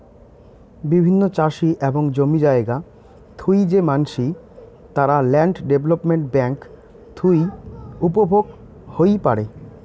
বিভিন্ন চাষি এবং জমি জায়গা থুই যে মানসি, তারা ল্যান্ড ডেভেলপমেন্ট বেঙ্ক থুই উপভোগ হই পারে